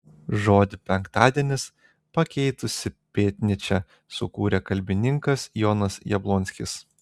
žodį penktadienis pakeitusį pėtnyčią sukūrė kalbininkas jonas jablonskis